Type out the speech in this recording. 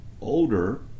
older